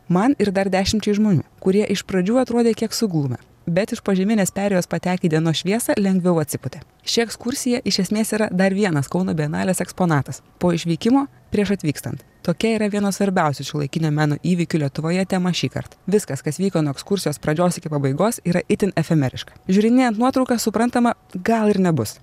man ir dar dešimčiai žmonių kurie iš pradžių atrodė kiek suglumę bet iš požeminės perėjos patekę į dienos šviesą lengviau atsipūtė ši ekskursija iš esmės yra dar vienas kauno bienalės eksponatas po išvykimo prieš atvykstant tokia yra vieno svarbiausių šiuolaikinio meno įvykių lietuvoje tema šįkart viskas kas vyko nuo ekskursijos pradžios iki pabaigos yra itin efemeriška žiūrinėjant nuotraukas suprantama gal ir nebus